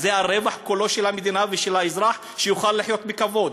אז הרווח כולו של המדינה ושל האזרח שיוכל לחיות בכבוד.